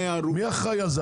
מי אחראי על זה?